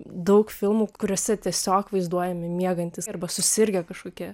daug filmų kuriuose tiesiog vaizduojami miegantys arba susirgę kažkokia